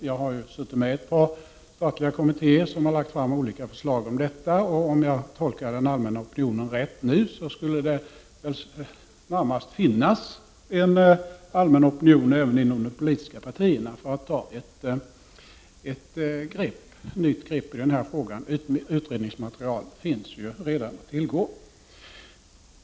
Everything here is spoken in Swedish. Jag har suttit med i ett par statliga kommittéer som har lagt fram förslag i frågan, och om jag tolkar den allmänna opinionen i de politiska partierna rätt, är den närmast för att ett nytt grepp tas i denna fråga. Utredningsmaterial finns ju redan att tillgå.